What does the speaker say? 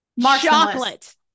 chocolate